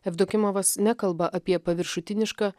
jevdokimovas nekalba apie paviršutinišką